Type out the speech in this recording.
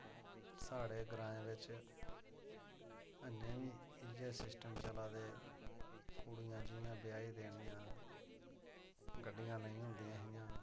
साढ़े ग्राएं बिच्च अजें बी इयै सिस्टम चला दे कुड़ियां जियां ब्याही देनियां गड्डियां नेईं होंदियां हियां